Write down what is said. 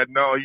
no